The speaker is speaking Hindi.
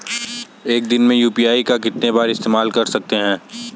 एक दिन में यू.पी.आई का कितनी बार इस्तेमाल कर सकते हैं?